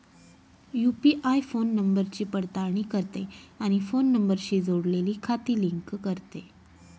UPI phone नंबरची पडताळणी करते आणि फोन नंबरशी जोडलेली खाती लिंक करते